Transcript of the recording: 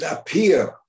appear